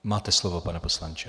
Máte slovo, pane poslanče.